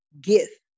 gift